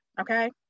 okay